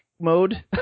mode